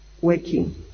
working